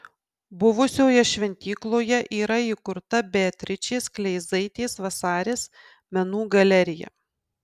buvusioje šventykloje yra įkurta beatričės kleizaitės vasaris menų galerija